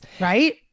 Right